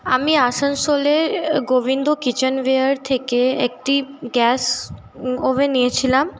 আমি আসানসোলের গোবিন্দ কিচেন থেকে একটি গ্যাস ওভেন নিয়েছিলাম